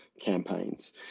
campaigns